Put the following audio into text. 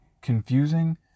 confusing